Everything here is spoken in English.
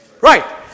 Right